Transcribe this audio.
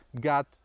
got